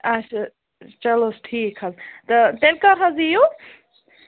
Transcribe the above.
آچھا چَلو حظ ٹھیٖک حظ تہٕ تیٚلہِ کَر حظ یِیِو